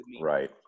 right